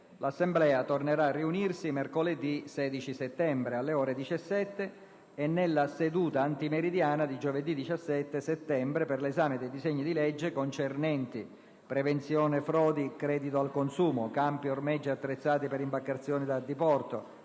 L'Assemblea tornerà a riunirsi mercoledì 16 settembre, alle ore 17, e nella seduta antimeridiana di giovedì 17 settembre per l'esame dei disegni di legge concernenti: prevenzione frodi credito al consumo; campi ormeggi attrezzati per imbarcazioni da diporto;